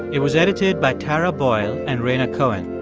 it was edited by tara boyle and rhaina cohen.